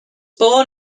born